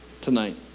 tonight